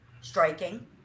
striking